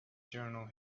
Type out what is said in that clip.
journal